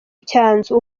icyanzu